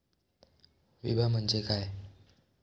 विमा म्हणजे काय?